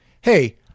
Hey